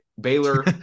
Baylor